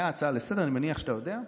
הייתה הצעה לסדר-היום, אני מניח שאתה יודע,